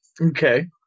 Okay